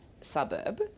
suburb